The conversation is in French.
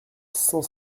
cent